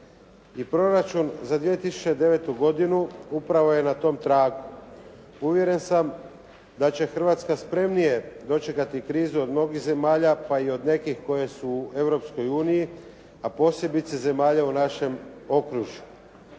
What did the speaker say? I proračun za 2009. godinu upravo je na tom tragu. Uvjeren sam da će Hrvatska spremnije dočekati krizu od mnogih zemalja pa i od nekih koji su u Europskoj uniji, a posebice zemalja u našem okružju.